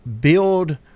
build